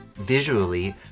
visually